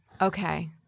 Okay